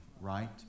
right